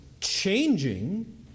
changing